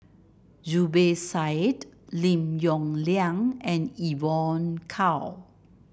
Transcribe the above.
Zubir Said Lim Yong Liang and Evon Kow